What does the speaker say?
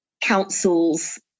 councils